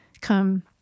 come